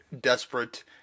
desperate